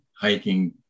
hiking